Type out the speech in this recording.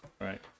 right